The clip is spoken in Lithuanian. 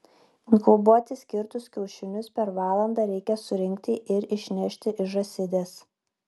inkubuoti skirtus kiaušinius per valandą reikia surinkti ir išnešti iš žąsidės